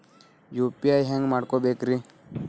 UPI ಹ್ಯಾಂಗ ಮಾಡ್ಕೊಬೇಕ್ರಿ?